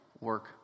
work